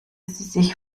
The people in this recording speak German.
sich